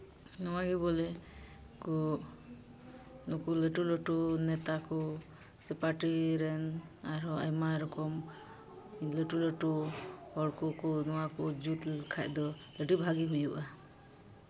ᱱᱚᱣᱟᱜᱮ ᱵᱚᱞᱮ ᱠᱚ ᱱᱩᱠᱩ ᱞᱟᱹᱴᱩ ᱞᱟᱹᱴᱩ ᱱᱮᱛᱟ ᱠᱚ ᱥᱮ ᱯᱟᱨᱴᱤ ᱨᱮᱱ ᱟᱨᱦᱚᱸ ᱟᱭᱢᱟ ᱨᱚᱠᱚᱢ ᱞᱟᱹᱴᱩ ᱞᱟᱹᱴᱩ ᱦᱚᱲ ᱠᱚᱠᱚ ᱱᱚᱣᱟ ᱠᱚ ᱡᱩᱛ ᱞᱮᱠᱷᱟᱱ ᱫᱚ ᱟᱹᱰᱤ ᱵᱷᱟᱹᱜᱤ ᱦᱩᱭᱩᱜᱼᱟ